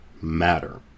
matter